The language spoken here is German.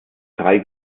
drei